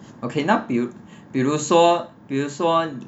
okay 那比如比如说比如